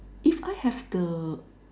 if I have the